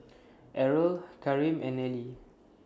Errol Kareem and Nellie